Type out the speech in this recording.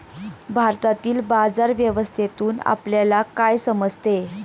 भारतातील बाजार व्यवस्थेतून आपल्याला काय समजते?